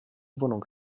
wohnung